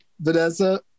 Vanessa